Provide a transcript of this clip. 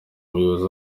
umuyobozi